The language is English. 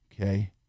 okay